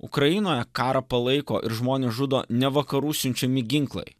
ukrainoje karą palaiko ir žmonės žudo ne vakarų siunčiami ginklai